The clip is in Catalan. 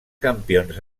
campions